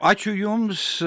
ačiū jums